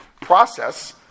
process